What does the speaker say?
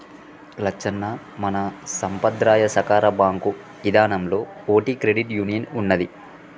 లచ్చన్న మన సంపద్రాయ సాకార బాంకు ఇదానంలో ఓటి క్రెడిట్ యూనియన్ ఉన్నదీ